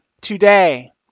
today